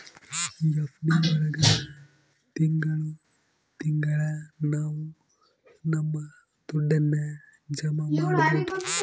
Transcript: FD ಒಳಗ ತಿಂಗಳ ತಿಂಗಳಾ ನಾವು ನಮ್ ದುಡ್ಡನ್ನ ಜಮ ಮಾಡ್ಬೋದು